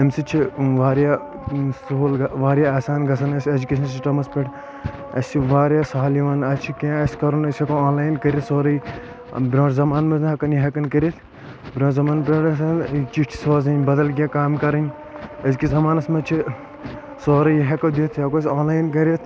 امہِ سۭتۍ چھُ واریاہ سُہُل واریاہ آسان گژھان اسہِ اٮ۪جکیشن سسٹمس پٮ۪ٹھ اسہِ چھِ واریاہ سہل یِوان اسہِ چھِ کینٛہہ آسہِ کرُن أسۍ ہٮ۪کو آن لایِن کٔرتھ سورُے برٛونٛٹھ زمانہٕ منٛز نہٕ ہٮ۪کان یہِ ہٮ۪کان کٔرتھ برٛونہہ زمانہٕ پٮ۪ٹھ ہسا چٹھ سوزٕنۍ بدل کینٛہہ کامہِ کرٕنۍ أزۍ کِس زمانس منٛز چھ سورُے ہٮ۪کو دِتھ یہِ ہٮ۪کو أسۍ آن لایِن کٔرتھ